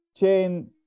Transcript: chain